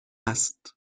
است